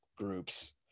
groups